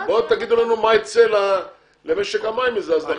תגידו לנו מה ייצא למשק המים מזה אז נחשוב על זה.